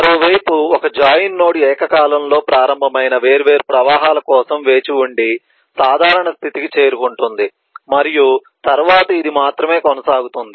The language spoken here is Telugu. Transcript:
మరోవైపు ఒక జాయిన్ నోడ్ ఏకకాలంలో ప్రారంభమైన వేర్వేరు ప్రవాహాల కోసం వేచి ఉండి సాధారణ స్థితికి చేరుకుంటుంది మరియు తరువాత ఇది మాత్రమే కొనసాగుతుంది